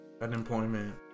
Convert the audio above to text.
unemployment